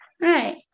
Right